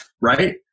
right